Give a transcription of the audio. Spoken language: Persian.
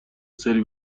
سری